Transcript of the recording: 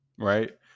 Right